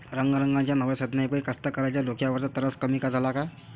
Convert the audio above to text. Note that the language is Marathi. रंगारंगाच्या नव्या साधनाइपाई कास्तकाराइच्या डोक्यावरचा तरास कमी झाला का?